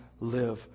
live